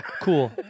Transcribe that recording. Cool